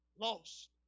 lost